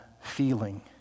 feeling